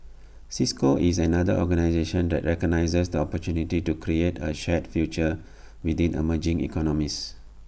cisco is another organisation that recognises the opportunity to create A shared future within emerging economies